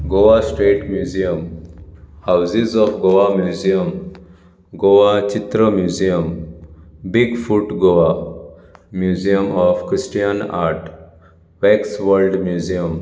Goa state museum houses of Goa museum Goa Chitra museum big foot Goa museum of Christian art wax world museum